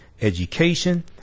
education